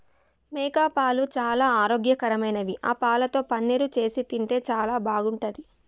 మేకపాలు చాలా ఆరోగ్యకరమైనవి ఆ పాలతో పన్నీరు చేసి తింటే చాలా బాగుంటది